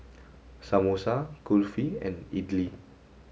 Samosa Kulfi and Idili